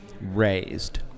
raised